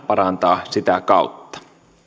parantaa sitä kautta